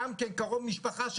קרוב משפחה,